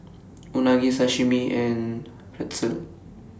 Unagi Sashimi and Pretzel